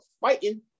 fighting